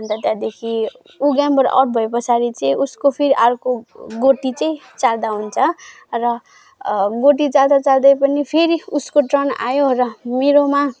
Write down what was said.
अन्त त्यहाँदेखि ऊ गेमबाट आउट भए पछाडि चाहिँ उसको फेरि अर्को गोटी चाहिँ चाल्दा हुन्छ अब गोटी चाल्दा चाल्दै पनि फेरि उसको टर्न आयो र मेरोमा